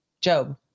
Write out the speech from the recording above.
Job